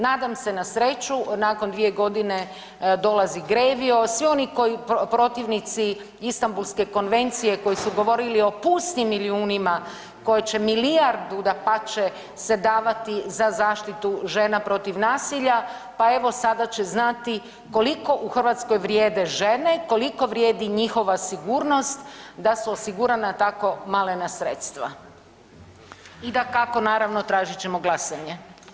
Nadam se na sreću nakon 2 godine dolazi Grevio svi oni koji, protivnici Istambulske konvencije koji su govorili o pustim milijunima koji će milijardu dapače se davati za zaštitu žena protiv nasilja pa evo sada će znati koliko u Hrvatskoj vrijede žene, koliko vrijedi njihova sigurnost da su osigurana tako malena sredstva i dakako naravno tražit ćemo glasanje.